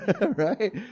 Right